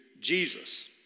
Jesus